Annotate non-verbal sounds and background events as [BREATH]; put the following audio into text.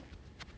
[BREATH]